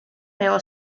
marrow